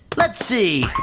let's see.